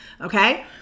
Okay